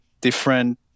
different